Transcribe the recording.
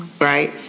right